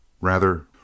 rather